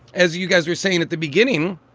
as you guys were saying at the beginning,